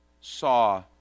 saw